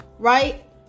right